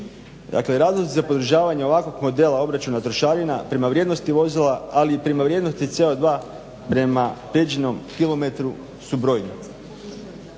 Dakle, razlozi za podržavanje ovakvog modela obračuna trošarina prema vrijednosti vozila, ali i prema vrijednosti CO2 prema pređenom km su brojni.